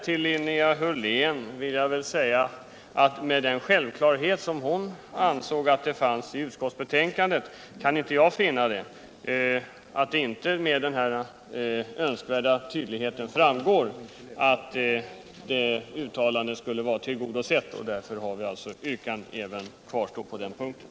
Till Linnea Hörlén vill jag säga att jag tyvärr inte kan finna att det, som hon uttrycker det, med önskvärd tydlighet framgår att det kravet skulle vara tillgodosett. Därför kvarstår vårt yrkande på den punkten.